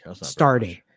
starting